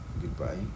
goodbye